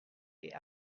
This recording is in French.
est